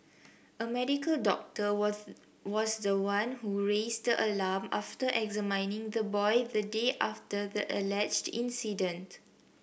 a medical doctor was was the one who raised an alarm after examining the boy the day after the alleged incident